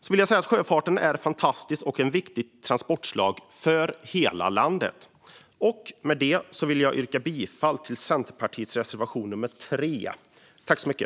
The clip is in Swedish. Avslutningsvis: Sjöfarten är fantastisk och ett viktigt transportslag för hela landet. Med detta yrkar jag bifall till Centerpartiets reservation, nummer 3.